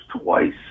twice